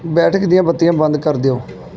ਬੈਠਕ ਦੀਆਂ ਬੱਤੀਆਂ ਬੰਦ ਕਰ ਦਿਉ